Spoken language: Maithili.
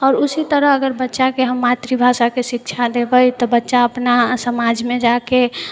आओर ओहि तरह अगर बच्चाके मातृभाषाके शिक्षा देबै तऽ बच्चा अपना समाजमे जाकऽ